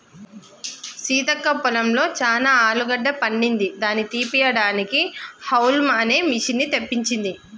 సీతక్క పొలంలో చానా ఆలుగడ్డ పండింది దాని తీపియడానికి హౌల్మ్ అనే మిషిన్ని తెప్పించింది